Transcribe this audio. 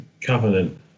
Covenant